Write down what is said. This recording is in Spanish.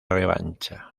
revancha